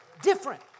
Different